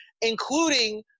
including